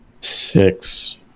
Six